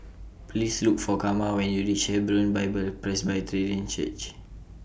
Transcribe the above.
Please Look For Karma when YOU REACH Hebron Bible Presbyterian Church